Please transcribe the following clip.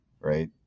right